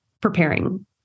preparing